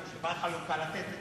לתת את,